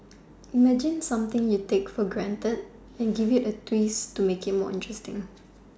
imagine something you take for granted and give it a twist to make it more interesting